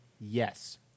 Yes